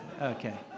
Okay